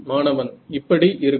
மாணவன் இப்படி இருக்கும்